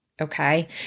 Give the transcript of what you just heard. Okay